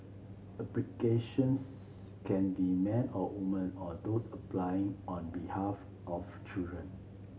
applicantions can be men or women or those applying on behalf of children